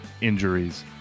injuries